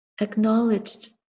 acknowledged